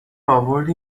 آوردی